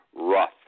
Rough